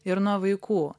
ir nuo vaikų